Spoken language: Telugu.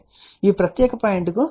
కాబట్టి ఈ ప్రత్యేక పాయింట్ కు రండి